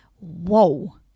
Whoa